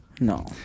no